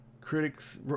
critics